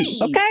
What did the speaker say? Okay